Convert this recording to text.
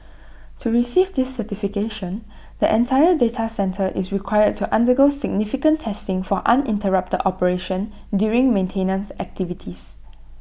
to receive this certification the entire data centre is required to undergo significant testing for uninterrupted operation during maintenance activities